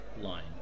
line